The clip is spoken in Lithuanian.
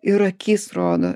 ir akis rodo